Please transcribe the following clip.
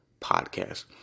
Podcast